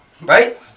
right